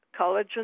collagen